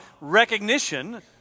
recognition